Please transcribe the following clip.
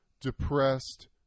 depressed